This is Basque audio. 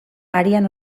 arian